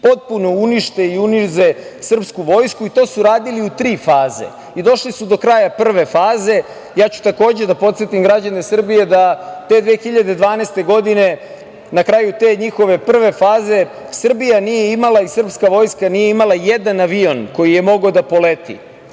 potpuno unište i unize srpsku vojsku i to su radili u tri faze i došli su do kraja prve faze. Ja ću takođe da podsetim građane Srbije da te 2012. godine, na kraju te njihove prve faze, Srbija nije imala i srpska vojska nije imala jedan avion koji je mogao da poleti.